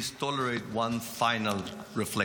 אנא אפשרו לי לחלוק איתכם עוד דבר אחד,